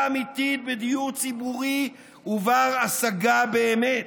אמיתית בדיור ציבורי ובר-השגה באמת,